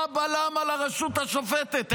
מה הבלם על הרשות השופטת?